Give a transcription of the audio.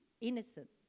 innocent